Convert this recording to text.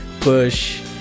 push